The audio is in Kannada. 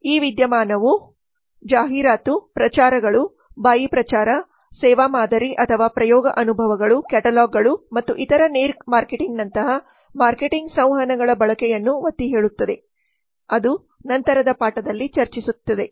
ಈ ವಿದ್ಯಮಾನವು ಜಾಹೀರಾತು ಪ್ರಚಾರಗಳು ಬಾಯಿ ಪ್ರಚಾರ ಸೇವಾ ಮಾದರಿ ಅಥವಾ ಪ್ರಯೋಗ ಅನುಭವಗಳು ಕ್ಯಾಟಲಾಗ್ಗಳು ಮತ್ತು ಇತರ ನೇರ ಮಾರ್ಕೆಟಿಂಗ್ನಂತಹ ಮಾರ್ಕೆಟಿಂಗ್ ಸಂವಹನಗಳ ಬಳಕೆಯನ್ನು ಒತ್ತಿಹೇಳುತ್ತದೆ ಅದು ನಂತರದ ಪಾಠದಲ್ಲಿ ಚರ್ಚಿಸುತ್ತದೆ